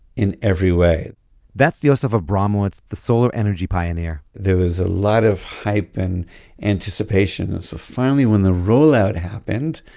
in every way that's yosef abramowitz, the solar energy pioneer there was a lot of hype and anticipation, and so finally when the roll-out happened,